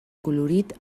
colorit